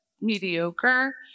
mediocre